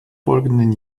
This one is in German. folgenden